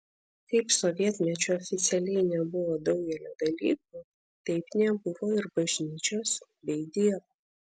kaip sovietmečiu oficialiai nebuvo daugelio dalykų taip nebuvo ir bažnyčios bei dievo